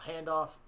handoff